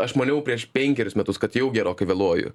aš maniau prieš penkerius metus kad jau gerokai vėluoju